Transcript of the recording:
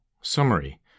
Summary